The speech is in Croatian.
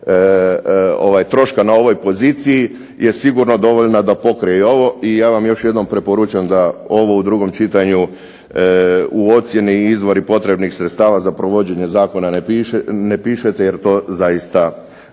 troška na ovoj poziciji je sigurno dovoljna da pokrije i ovo. I ja vam još jednom preporučam da ovo u drugom čitanju u ocjeni izvori potrebnih sredstava za provođenje zakona ne pišete jer to zaista